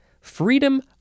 freedom